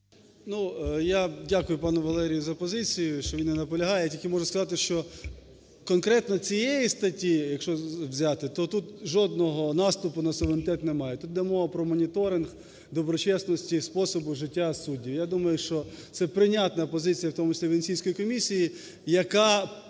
я дякую пану Валерію за позицію, що він не наполягає. Тільки можу сказати, що конкретно цієї статті якщо взяти, то тут жодного наступу на суверенітет немає. Тут йде мова про моніторинг доброчесності і способу життя суддів. Я думаю, що це прийнятна позиція, в тому числі і Венеційської комісії, яка